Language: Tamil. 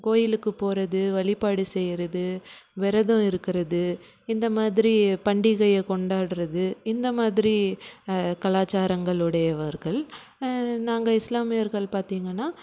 கோயிலுக்கு போகறது வழிபாடு செய்யுறது விரதம் இருக்கிறது இந்த மாதிரி பண்டிகையை கொண்டாடுறது இந்த மாதிரி கலாச்சாரங்களுடையவர்கள் நாங்கள் இஸ்லாமியர்கள் பார்த்தீங்கன்னா